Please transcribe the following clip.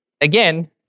again